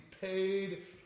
paid